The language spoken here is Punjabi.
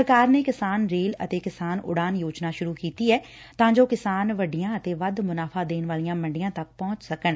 ਸਰਕਾਰ ਨੇ ਕਿਸਾਨ ਰੇਲ ਅਤੇ ਕਿਸਾਨ ਉੜਾਣ ਯੋਜਨਾ ਸੂਰੁ ਕੀਤੀ ਐ ਤਾਂ ਜੋ ਕਿਸਾਨ ਵੱਡੀਆਂ ਅਤੇ ਵੱਧ ਮੁਨਾਫ਼ਾ ਦੇਣ ਵਾਲੀਆਂ ਮੰਡੀਆਂ ਤੱਕ ਪਹੁੰਚ ਸਕਣ